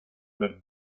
per